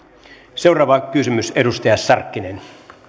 seuraava kysymys edustaja sarkkinen